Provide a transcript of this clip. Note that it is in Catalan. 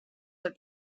del